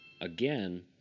again